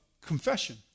confession